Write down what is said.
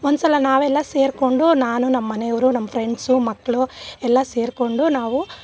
ಒಂದುಸಲ ನಾವೆಲ್ಲ ಸೇರಿಕೊಂಡು ನಾನು ನಮ್ಮನೆಯವರು ನಮ್ಮ ಫ್ರೆಂಡ್ಸು ಮಕ್ಕಳು ಎಲ್ಲ ಸೇರಿಕೊಂಡು ನಾವು